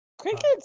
Cricket's